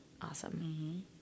Awesome